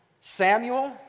Samuel